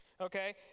okay